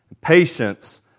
patience